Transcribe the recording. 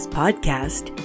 podcast